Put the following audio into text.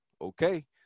Okay